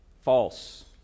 False